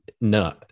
no